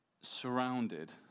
Surrounded